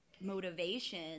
motivation